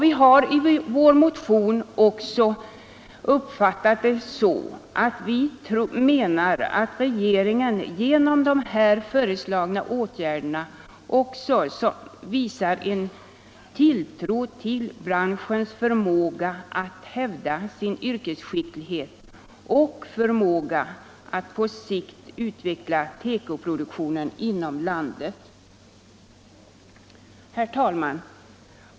Vi har i vår motion också fam — hållit att vi uppfattat det så att regeringen genom de föreslagna åtgärderna — Försörjningsberedvisar en tilltro till branschens förmåga att hävda sin yrkesskicklighet skapen på beklädoch att på sikt utveckla tekoproduktionen inom landet. nadsområdet Herr talman!